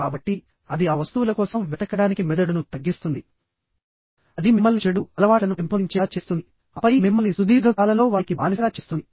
కాబట్టి అది ఆ వస్తువుల కోసం వెతకడానికి మెదడును తగ్గిస్తుంది అది మిమ్మల్ని చెడు అలవాట్లను పెంపొందించేలా చేస్తుంది ఆపై మిమ్మల్ని సుదీర్ఘ కాలంలో వారికి బానిసగా చేస్తుంది